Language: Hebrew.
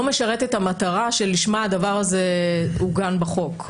משרת את המטרה שלשמה הדבר הזה עוגן בחוק.